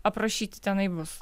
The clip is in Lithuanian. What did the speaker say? aprašyti tenai bus